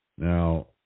Now